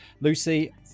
lucy